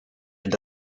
and